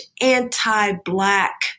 anti-Black